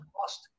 cost